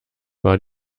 war